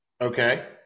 Okay